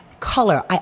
color